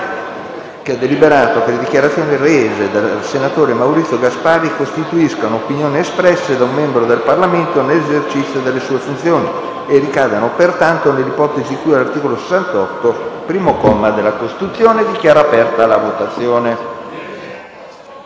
di deliberare che le dichiarazioni rese dal senatore Maurizio Gasparri costituiscono opinioni espresse da un membro del Parlamento nell'esercizio delle sue funzioni e ricadono pertanto nell'ipotesi di cui all'articolo 68, primo comma, della Costituzione. *(Segue la votazione)*.